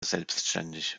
selbständig